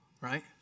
right